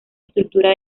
estructura